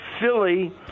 Philly